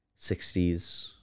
60s